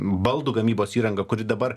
baldų gamybos įranga kuri dabar